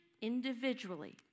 individually